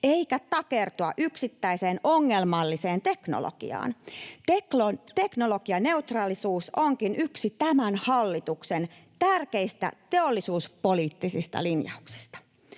eikä takertua yksittäiseen ongelmalliseen teknologiaan. Teknologianeutraalisuus onkin yksi tämän hallituksen tärkeistä teollisuuspoliittisista linjauksista.